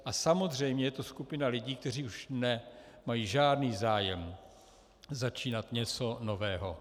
A samozřejmě je to skupina lidí, kteří už nemají žádný zájem začínat něco nového.